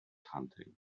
hunting